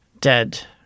dead